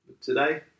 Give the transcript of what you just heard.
today